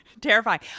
Terrifying